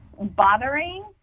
bothering